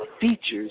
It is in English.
features